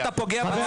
ב'.